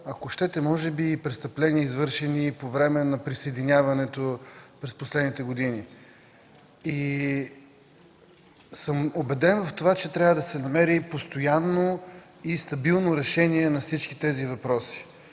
ако щете, може би и престъпления, извършени по време на присъединяването през последните години. Убеден съм в това, че трябва да се намери постоянно и стабилно решение на всички тези въпроси.